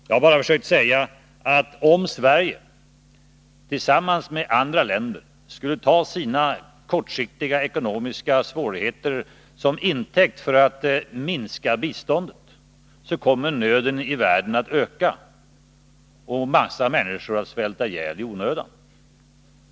Jag har bara försökt säga att om Sverige tillsammans med 39 andra länder skulle ta sina kortsiktiga ekonomiska svårigheter som intäkt för att minska biståndet så kommer nöden i världen att öka och en massa människor att svälta ihjäl i onödan.